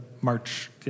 March